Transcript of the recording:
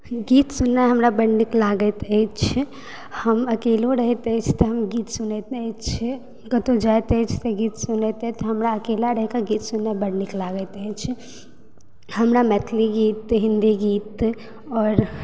गीत सुननाइ हमरा बड़ नीक लागैत अछि हम अकेलो रहैत अछि तऽ हम गीत सुनैत रहैत छी कतौ जाइत अछि तऽ गीत सुनैत तऽ हमरा अकेला रहि के गीत सुननाइ बड़ नीक लागैत अछि हमरा मैथिली गीत हिंदी गीत आओर